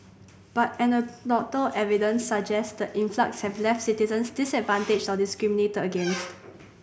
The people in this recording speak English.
but anecdotal evidence suggests the influx have left citizens disadvantaged or discriminated against